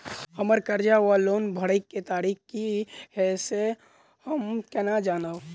हम्मर कर्जा वा लोन भरय केँ तारीख की हय सँ हम केना जानब?